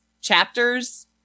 chapters